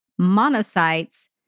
monocytes